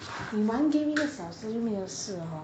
你玩 game 一个小时就没有事 hor